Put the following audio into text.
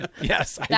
Yes